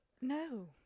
no